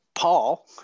Paul